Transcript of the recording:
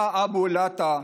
בהאא אבו אל-עטא,